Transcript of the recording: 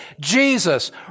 Jesus